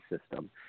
system